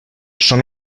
són